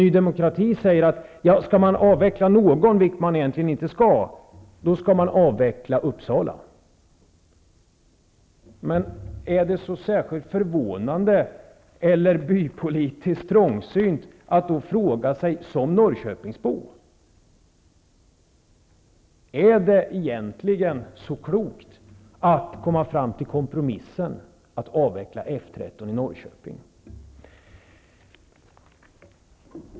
Ny demokrati säger att om man skall avveckla någon flottilj, vilket man inte skall, skall man avveckla F 16 i Uppsala. Då är det väl inte särskilt förvånande eller bypolitiskt trångsynt att som norrköpingsbo ställa sig en fråga. Är det egentligen så klokt att komma fram till kompromissen att avveckla F 13 i Norrköping?